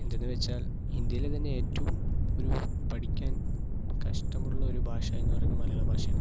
എന്തെന്ന് വെച്ചാൽ ഇന്ത്യയില് തന്നെ ഏറ്റവും ഒരു പഠിക്കാൻ കഷ്ടമുള്ള ഒരു ഭാഷ എന്നു പറയുന്നത് മലയാള ഭാഷയാണ്